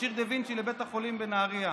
מכשיר דה וינצ'י לבית החולים בנהריה.